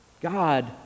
God